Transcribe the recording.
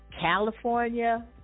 California